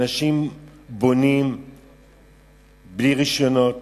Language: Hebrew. אנשים בונים בלי רשיונות,